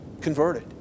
converted